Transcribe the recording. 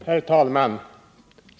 Herr talman!